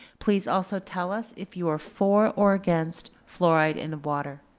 please also tell us if you are for or against fluoride in the water.